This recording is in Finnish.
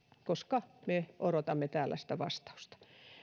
koska me odotamme täällä sitä vastausta